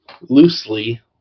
loosely